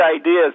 ideas